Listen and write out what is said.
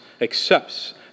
accepts